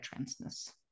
transness